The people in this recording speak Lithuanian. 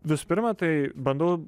visų pirma tai bandau